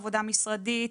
עבודה משרדית,